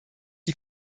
die